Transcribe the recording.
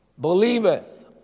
believeth